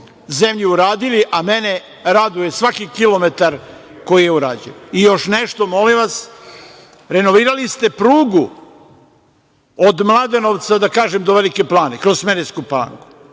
zemlji uradili, a mene raduje svaki kilometar koji je urađen. Još nešto, molim vas, renovirali ste prugu od Mladenovca do Velike Plane, kroz Smederevsku Palanku.